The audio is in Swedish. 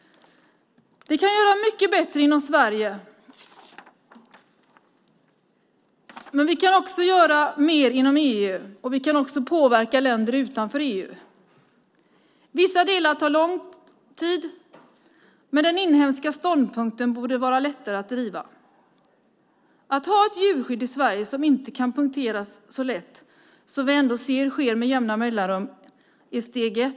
Vi kan göra mycket bättre inom Sverige. Men vi kan också göra mer inom EU, och vi kan påverka länder utanför EU. Vissa delar tar lång tid, men den inhemska ståndpunkten borde vara lättare att driva. Att ha ett djurskydd i Sverige som inte kan punkteras så lätt - det ser vi ändå ske med jämna mellanrum - är steg ett.